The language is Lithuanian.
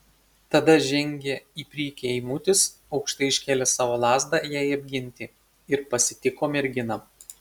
tada žengė į priekį eimutis aukštai iškėlęs savo lazdą jai apginti ir pasitiko merginą